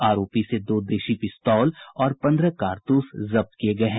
आरोपी से दो देशी पिस्तौल और पंद्रह कारतूस जब्त किये गये हैं